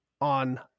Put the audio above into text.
on